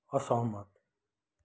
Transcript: असहमत